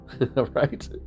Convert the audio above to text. right